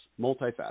multifaceted